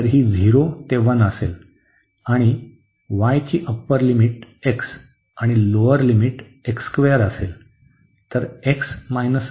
तर ही 0 ते 1 असेल आणि y ची अप्पर लिमिट x आणि लोअर लिमिट असेल